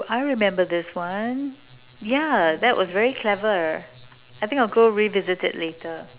I remember this one yeah that was very clever I think I will go revisit it later